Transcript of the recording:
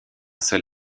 seul